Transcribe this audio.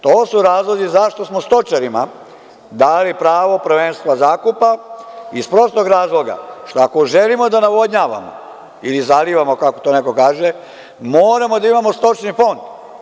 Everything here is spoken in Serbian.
To su razlozi zašto smo stočarima dali pravo prvenstva zakupa, iz prostog razloga što ako želimo da navodnjavamo ili zalivamo, kako to neko kaže, moramo da imamo stočni fond.